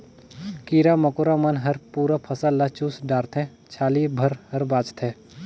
कीरा मकोरा मन हर पूरा फसल ल चुस डारथे छाली भर हर बाचथे